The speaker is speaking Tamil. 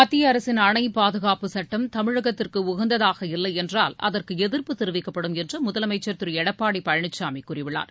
மத்திய அரசின் அணை பாதுகாப்பு சட்டம் தமிழகத்திற்கு உகந்ததாக இல்லை என்றால் அதற்கு எதிர்ப்பு தெரிவிக்கப்படும் என்று முதலமைச்சர் திரு எடப்பாடி பழனிசாமி கூறியுள்ளார்